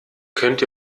könnt